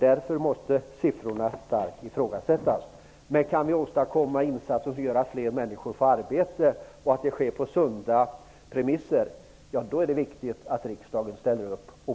Därför måste siffrorna starkt ifrågasättas. Men om vi på sunda premisser kan åstadkomma insatser som ger fler människor arbete är det viktigt att riksdagen ställer upp.